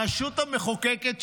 הרשות המחוקקת,